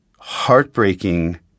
Heartbreaking